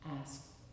ask